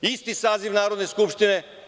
Isti saziv Narodne skupštine.